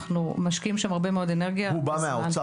אנחנו משקיעים שם הרבה מאוד אנרגיה וזמן --- הוא בא מהאוצר,